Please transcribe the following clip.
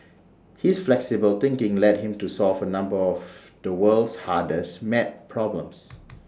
his flexible thinking led him to solve A number of the world's hardest math problems